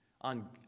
on